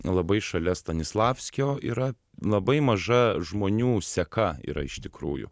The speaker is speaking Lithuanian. labai šalia stanislavskio yra labai maža žmonių seka yra iš tikrųjų